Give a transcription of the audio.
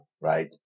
right